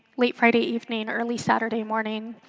late friday even, early saturday morning.